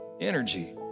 energy